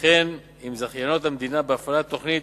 וכן עם זכייניות המדינה בהפעלת תוכנית